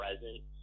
present